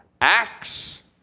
Acts